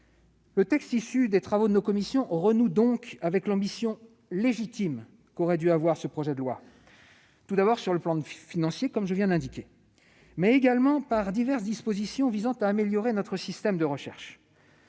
Le texte issu des travaux de nos commissions renoue donc avec l'ambition légitime qu'aurait dû avoir ce projet de loi. Tout d'abord sur le plan financier, comme je viens de l'indiquer, mais également par diverses dispositions visant à améliorer notre système de recherche.